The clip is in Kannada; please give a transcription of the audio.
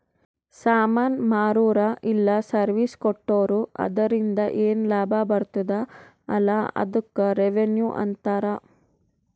ಸಾಮಾನ್ ಮಾರುರ ಇಲ್ಲ ಸರ್ವೀಸ್ ಕೊಟ್ಟೂರು ಅದುರಿಂದ ಏನ್ ಲಾಭ ಬರ್ತುದ ಅಲಾ ಅದ್ದುಕ್ ರೆವೆನ್ಯೂ ಅಂತಾರ